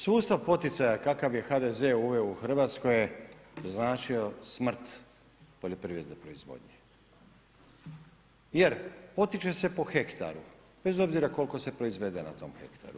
Sustav poticaja kakav je HDZ-e uveo u Hrvatsku je značio smrt poljoprivredne proizvodnje, jer potiče se po hektaru bez obzira koliko se proizvede na tom hektaru.